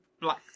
black